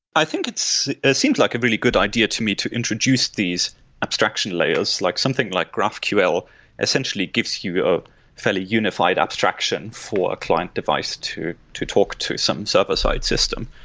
i think it seems like a really good idea to me to introduce these abstraction layers. like something like graphql essentially gives you a fairly unified abstraction for a client device to to talk to some server-side system.